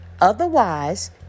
Otherwise